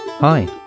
Hi